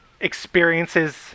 experiences